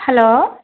hello